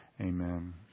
Amen